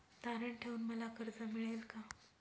तारण ठेवून मला कर्ज मिळेल का?